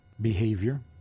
behavior